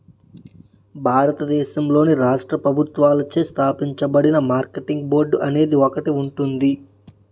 భారతదేశంలోని రాష్ట్ర ప్రభుత్వాలచే స్థాపించబడిన మార్కెటింగ్ బోర్డు అనేది ఒకటి ఉంటుంది